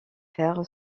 fer